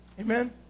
Amen